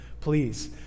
please